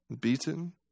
beaten